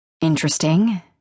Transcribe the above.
interesting